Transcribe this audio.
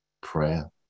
prayer